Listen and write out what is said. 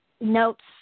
notes